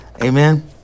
Amen